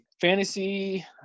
fantasy